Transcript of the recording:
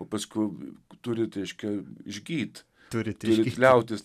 o paskui turit reiškia išgyt turit liautis